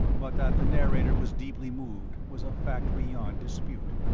but that the narrator was deeply moved was a fact beyond dispute.